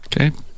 Okay